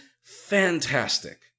fantastic